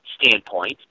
standpoint